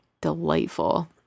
delightful